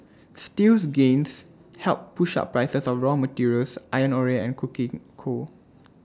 steel's gains helped push up prices of raw materials iron ore and coking coal